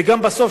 וגם בסוף,